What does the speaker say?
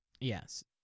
Yes